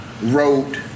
Wrote